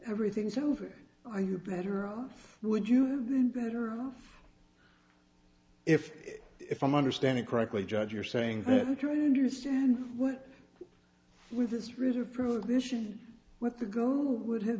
everything's over are you better off would you have been better off if if i'm understanding correctly judge you're saying i don't understand what with this reserve prohibition what the go would have